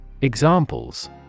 Examples